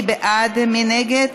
מי בעד ומי נגד?